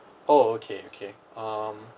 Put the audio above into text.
oh okay okay um